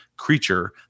creature